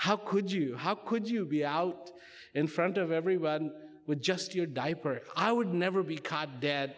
how could you how could you be out in front of everyone with just your diaper i would never be caught dead